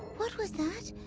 what was that?